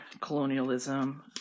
colonialism